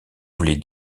voulez